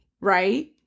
right